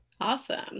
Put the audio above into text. awesome